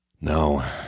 No